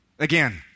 Again